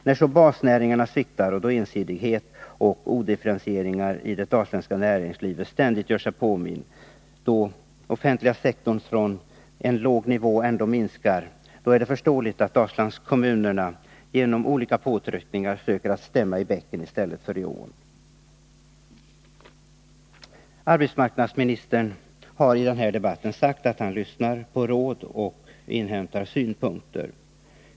När så basnäringarna sviktar, ensidigheten och den bristande differentieringen i det dalsländska näringslivet ständigt gör sig påminda och den offentliga sektorn från en låg nivå ytterligare minskar, är det förståeligt att Dalslandskommunerna genom olika påtryckningar söker att stämma i bäcken i stället för i ån. Arbetsmarknadsministern har i denna debatt sagt att han lyssnar på råd och inhämtar synpunkter.